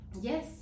Yes